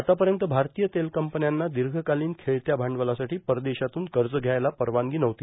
आतापर्यंत भारतीय तेलकंपन्यांना दीर्घकालीन खेळत्या भांडवलासाठी परदेशातून कर्ज घ्यायला परवानगी नव्हती